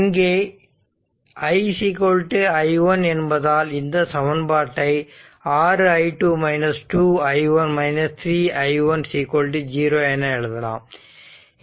இங்கே i i1 என்பதால் இந்த சமன்பாட்டை 6 i2 2 i1 3 i1 0 என எழுதலாம்